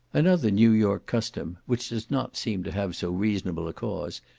another new york custom, which does not seem to have so reasonable a cause,